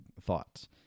thoughts